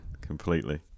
completely